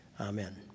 Amen